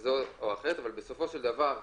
אל בסופו של דבר,